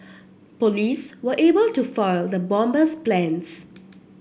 police were able to foil the bomber's plans